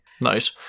nice